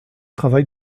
travail